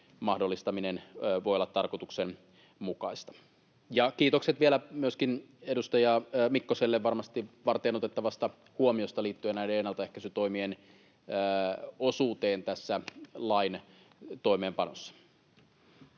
mahdollistaminen voivat olla tarkoituksenmukaisia. Kiitokset vielä myöskin edustaja Mikkoselle varmasti varteenotettavasta huomiosta liittyen ennaltaehkäisytoimien osuuteen lain toimeenpanossa.